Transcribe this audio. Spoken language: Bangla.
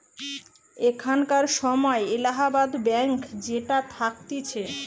এখানকার সময় এলাহাবাদ ব্যাঙ্ক যেটা থাকতিছে